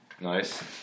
Nice